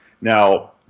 Now